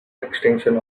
extension